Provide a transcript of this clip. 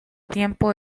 tiempo